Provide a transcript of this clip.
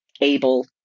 able